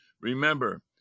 Remember